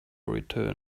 return